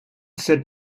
said